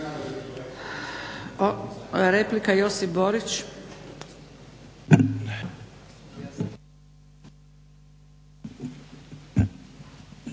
Replika Josip Borić.